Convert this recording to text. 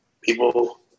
people